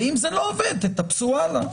ואם זה לא עובד תטפסו הלאה.